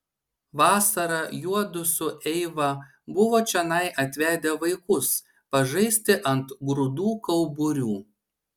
vasarą juodu su eiva buvo čionai atvedę vaikus pažaisti ant grūdų kauburių